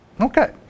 Okay